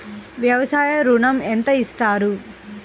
వ్యవసాయ ఋణం ఎంత ఇస్తారు?